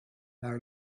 now